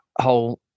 whole